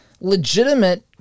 legitimate